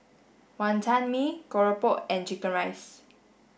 Wantan Mee Keropok and chicken rice